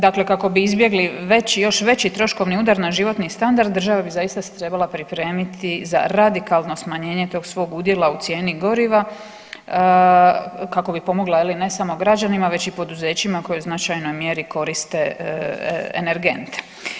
Dakle, kako bi izbjegli još veći troškovni udar na životni standard država bi zaista se trebala pripremiti za radikalno smanjenje tog svog udjela u cijeni goriva kako bi pomogla ne samo građanima već i poduzećima koja u značajnoj mjeri koriste energente.